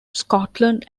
scotland